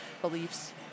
beliefs